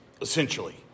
essentially